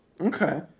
Okay